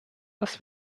das